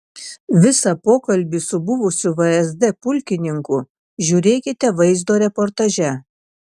visą pokalbį su buvusiu vsd pulkininku žiūrėkite vaizdo reportaže